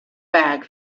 bag